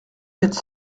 quatre